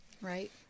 right